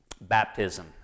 baptism